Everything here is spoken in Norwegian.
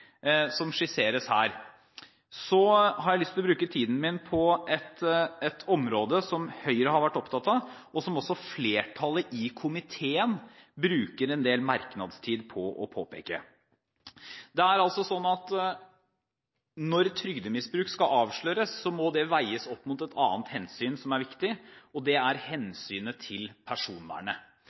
som skisseres her, har jeg lyst til å bruke tiden min på et område som Høyre har vært opptatt av, og som også flertallet i komiteen bruker en del merknadstid på å påpeke. Når trygdemisbruk skal avsløres, må det veies opp mot et annet hensyn som er viktig: personvernet. Det gjelder i enhver situasjon hvor man skal avdekke misbruk. Når politiet gjør det, når Nav gjør det, og